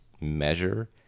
measure